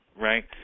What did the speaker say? right